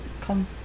come